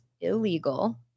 illegal